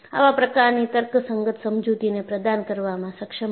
આવા પ્રકારની તર્કસંગત સમજૂતીને પ્રદાન કરવામાં સક્ષમ હતા